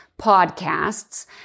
podcasts